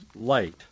light